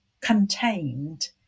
contained